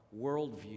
worldview